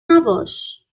نباش